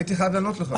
הייתי חייב לענות לך.